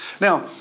Now